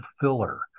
filler